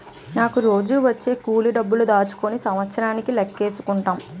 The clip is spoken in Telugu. నాకు రోజూ వచ్చే కూలి డబ్బులు దాచుకుని సంవత్సరానికి లెక్కేసుకుంటాం